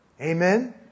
Amen